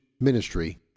ministry